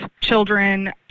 children